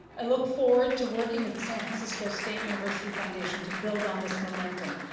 i look forward to working with the san francisco state university foundation to build on this momentum,